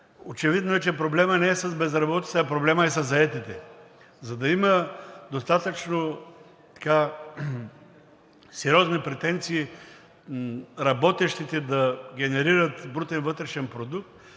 очевидно е, че проблемът не е с безработицата, а проблемът е със заетите. За да има достатъчно сериозни претенции работещите да генерират брутния вътрешен продукт,